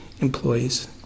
employees